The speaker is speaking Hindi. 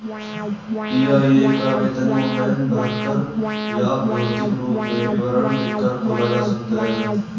ई.आई.ए का आवेदन ऑनलाइन भरकर या भौतिक रूप में विवरण लिखकर खोला जा सकता है